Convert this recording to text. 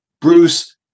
Bruce